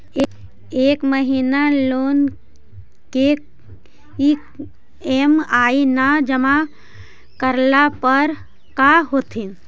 एक महिना लोन के ई.एम.आई न जमा करला पर का होतइ?